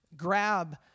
grab